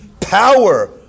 power